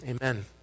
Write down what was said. amen